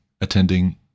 attending